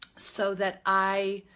so that i,